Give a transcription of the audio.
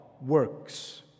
works